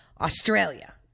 Australia